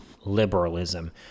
liberalism